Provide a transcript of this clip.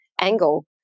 angle